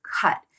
cut